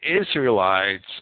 Israelites